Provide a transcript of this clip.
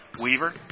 Weaver